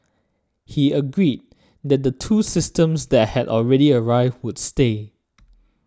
he agreed that the two systems that had already arrived would stay